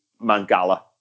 Mangala